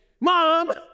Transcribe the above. Mom